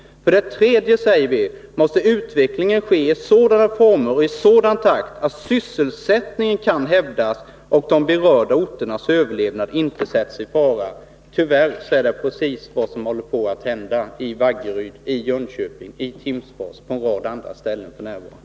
För det tredje måste utvecklingen ske i sådana former och i sådan takt att sysselsättningen kan hävdas och de berörda orternas överlevnad inte sättas i fara. Tyvärr är det precis vad som håller på att hända i Vaggeryd, Jönköping, Timsfors och på en rad andra ställen.